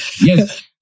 yes